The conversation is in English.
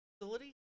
facility